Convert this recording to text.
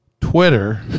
Twitter